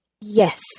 Yes